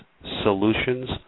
Solutions